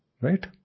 right